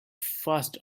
fast